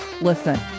listen